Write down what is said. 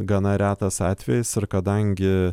gana retas atvejis ir kadangi